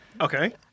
Okay